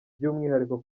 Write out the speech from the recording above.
by’umwihariko